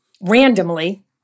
randomly